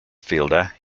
fielder